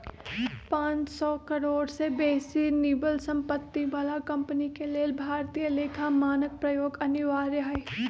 पांन सौ करोड़ से बेशी निवल सम्पत्ति बला कंपनी के लेल भारतीय लेखा मानक प्रयोग अनिवार्य हइ